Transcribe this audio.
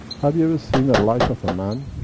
have you ever seen a light of a man?